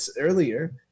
earlier